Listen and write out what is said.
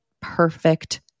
perfect